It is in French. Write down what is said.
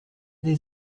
des